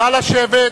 נא לשבת.